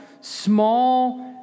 small